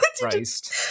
Christ